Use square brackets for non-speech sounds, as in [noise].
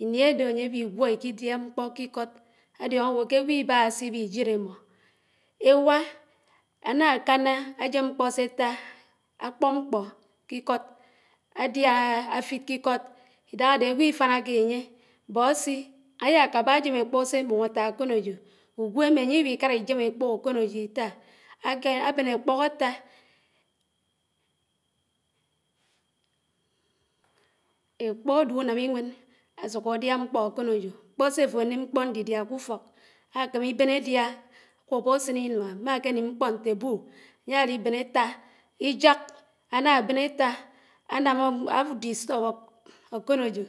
íní ádó ányé w’ígwó ńeídíá mkpó k’íkód ádíóñe áwó ké ágwò íbáhá síwí úímé émó Éwá anó ránó ójém mkpó sé átá, ákpó mkpó k’ikód, ádíóáá áfíd kíkód ídáhá ádé ágwó ífánáké ányé, Bósí, ányé ákábá ájém ékpù sé ámún átá ákónójó, ùgwémé ányíw̄í kárá ísém ékpù ákònàjò ítá, ábén ékpóe átá. [hesitation] Ékpù ádé ùnám íwén ásùkù ádíá mkpó ákónójò, mkpó sé áfó ánám, mkpó ñdídíd k’ùfók ákémíbén ádíá. ákwóbó ásín ínaá nákáním mkpó ñté èbù, áyálíbén átá, íják, ánábén átá [unintelligible] disturb ákònòjò.